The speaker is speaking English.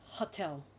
hotel